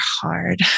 hard